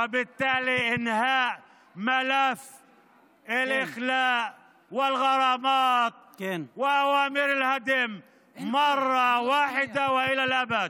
ובהמשך לסיים את תיקי הפינוי והקנסות וצווי ההריסה פעם אחת ולתמיד.)